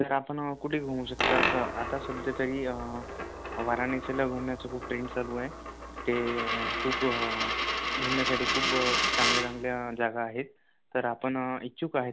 तर आपण कुठेही घुमू शकता स आता सध्या तरी वाराणसीला घुमण्याचं खूप ट्रेंड चालू आहे ते खूप घुमण्यासाठी खूप चांगल्या चांगल्या जागा आहेत तर आपण इच्छुक आहेत